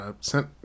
sent